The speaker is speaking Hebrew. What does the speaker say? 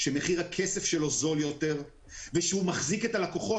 שמחיר הכסף שלו זול יותר ושהוא מחזיק את הלקוחות,